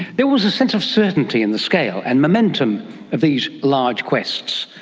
there was a sense of certainty in the scale and momentum of these large quests,